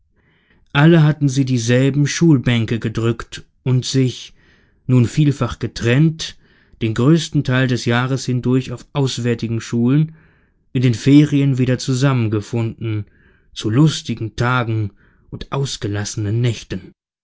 alle hatten sie dieselben schulbänke gedrückt und sich nun vielfach getrennt den größten teil des jahres hindurch auf auswärtigen schulen in den ferien wieder zusammengefunden zu lustigen tagen und ausgelassenen nächten eine